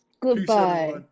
Goodbye